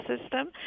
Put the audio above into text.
system